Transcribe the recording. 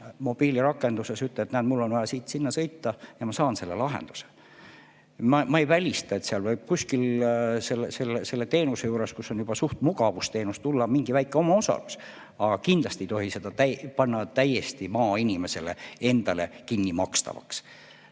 mobiilirakenduses ütlen, et näe, mul on vaja siit sinna sõita, ja ma saan selle lahenduse. Ma ei välista, et kuskil võib teenuse eest, mis on juba nagu mugavusteenus, tulla juurde mingi väike omaosalus. Aga kindlasti ei tohi seda panna täiesti maainimesele endale kinnimakstavaks.